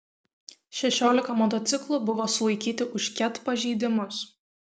šešiolika motociklų buvo sulaikyti už ket pažeidimus